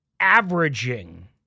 averaging